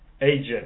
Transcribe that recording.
agent